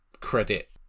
credit